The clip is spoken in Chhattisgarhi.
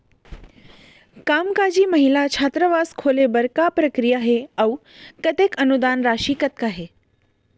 कामकाजी महिला छात्रावास खोले बर का प्रक्रिया ह अऊ कतेक अनुदान राशि कतका हे?